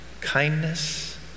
kindness